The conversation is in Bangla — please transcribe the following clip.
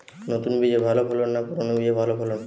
নতুন বীজে ভালো ফলন না পুরানো বীজে ভালো ফলন?